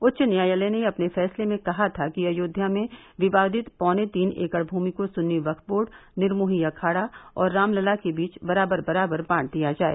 उच्च न्यायालय ने अपने फैसले में कहा था कि अयोध्या में विवादित पौने तीन एकड़ भूमि को सुन्नी वक्फ बोर्ड निरमोही अखाड़ा और राम लला के बीच बराबर बराबर बांट दिया जाये